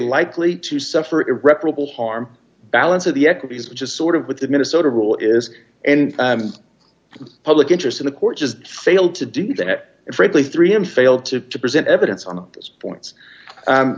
likely to suffer irreparable harm balance of the equities which is sort of what the minnesota rule is and the public interest in the court just failed to do that and frankly three m failed to present evidence on those points